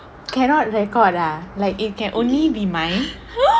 cannot record ah like it can only be mine